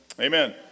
Amen